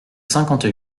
cinquante